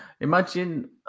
imagine